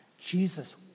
Jesus